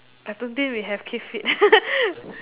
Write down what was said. I don't think we have keep fit